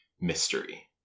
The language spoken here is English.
mystery